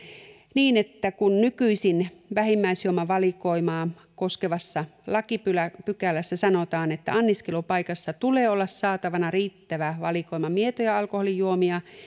niin että kun nykyisin vähimmäisjuomavalikoimaa koskevassa lakipykälässä sanotaan että anniskelupaikassa tulee olla saatavana riittävä valikoima mietoja alkoholijuomia